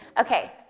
Okay